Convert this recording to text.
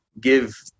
give